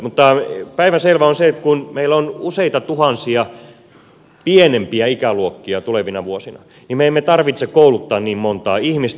mutta päivänselvää on se että kun meillä on useita tuhansia pienempiä ikäluokkia tulevina vuosina niin meidän ei tarvitse kouluttaa niin montaa ihmistä